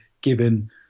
given